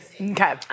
Okay